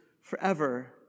forever